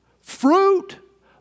Fruit